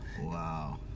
Wow